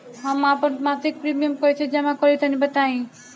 हम आपन मसिक प्रिमियम कइसे जमा करि तनि बताईं?